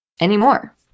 anymore